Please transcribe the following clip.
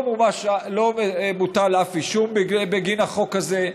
לא הוגש אף כתב אישום בגין החוק הזה,